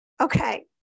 Okay